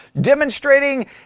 demonstrating